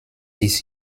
ist